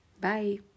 Bye